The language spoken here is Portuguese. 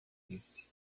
disse